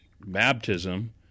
baptism